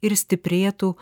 ir stiprėtų